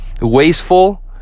wasteful